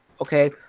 Okay